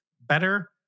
better